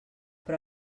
però